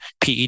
PED